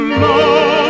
love